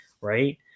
right